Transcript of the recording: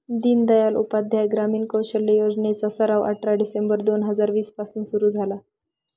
दीनदयाल उपाध्याय ग्रामीण कौशल्य योजने चा सराव अठरा डिसेंबर दोन हजार वीस पासून सुरू झाला